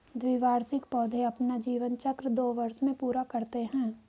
द्विवार्षिक पौधे अपना जीवन चक्र दो वर्ष में पूरा करते है